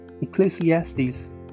Ecclesiastes